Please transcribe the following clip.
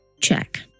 Check